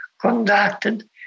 conducted